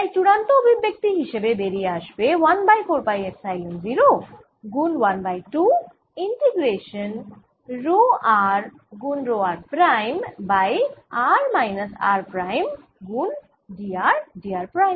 তাই চুড়ান্ত অভিব্যক্তি হিসেবে বেরিয়ে আসবে 1 বাই 4 পাই এপসাইলন 0 গুণ 1 বাই 2 ইন্টিগ্রেশান রো r গুণ rho r prime by r minus r prime গুণ dr dr প্রাইম